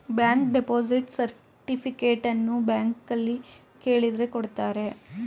bank deposit ಸರ್ಟಿಫಿಕೇಟನ್ನು ಬ್ಯಾಂಕ್ನಲ್ಲಿ ಕೇಳಿದ್ರೆ ಕೊಡ್ತಾರೆ